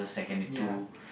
ya